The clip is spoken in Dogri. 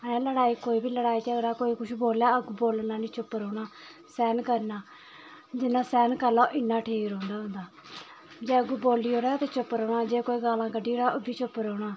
अ लड़ाई कोई बी लड़ाई झगड़ा कोई कुछ बोलै अग्गूं बोलना निं चुप्प रौह्ना सैह्न करना जिन्ना सैह्न करी लैओ इन्ना ठीक रौंह्दा बंदा जे अग्गूं बोली ओड़े ते चुप्प रौह्ना जे कोई गालां कड्ढी ओड़े ओह् बी चुप्प रौह्ना